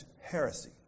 heresy